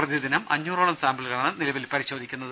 പ്രതിദിനം അഞ്ഞൂറോളം സാമ്പിളുകളാണ് നിലവിൽ പരിശോധിക്കുന്നത്